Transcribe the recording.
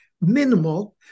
minimal